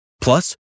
Plus